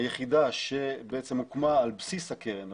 היחידה שהוקמה על בסיס הקרן,